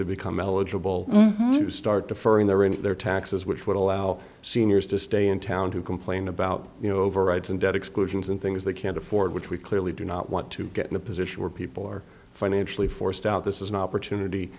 they become eligible to start to further in their in their taxes which would allow seniors to stay in town to complain about you know overrides and debt exclusions and things they can't afford which we clearly do not want to get in a position where people are financially forced out this is an opportunity